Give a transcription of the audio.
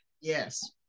yes